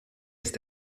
ist